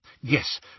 Yes